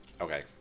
Okay